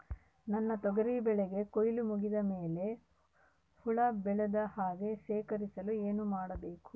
ನನ್ನ ತೊಗರಿ ಬೆಳೆಗೆ ಕೊಯ್ಲು ಮುಗಿದ ಮೇಲೆ ಹುಳು ಬೇಳದ ಹಾಗೆ ಶೇಖರಿಸಲು ಏನು ಮಾಡಬೇಕು?